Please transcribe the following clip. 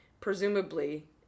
presumably